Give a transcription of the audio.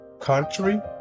country